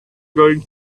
going